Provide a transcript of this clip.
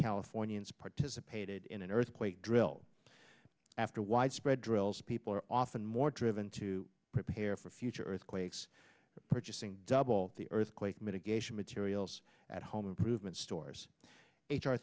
californians participated in an earthquake drill after widespread drills people are often more driven to prepare for future earthquakes purchasing double the earthquake mitigation materials at home improvement stores h